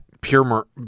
Pure